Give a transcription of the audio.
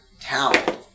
talent